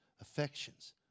affections